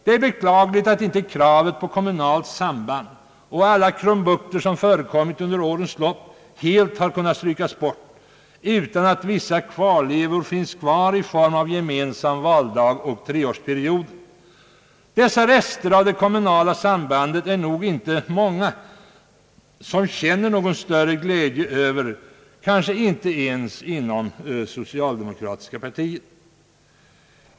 Det är beklagligt att inte kravet på kommunalt samband och alla krumbukter som förekommit under årens lopp helt har kunnat strykas bort utan att vissa rester finns kvar i form av gemensam valdag och treårsperioder, Det är nog inte många som känner någon större glädje över dessa rester av det kommunala sambandet, kanske inte ens inom det socialdemokratiska partiet.